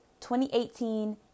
2018